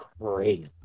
crazy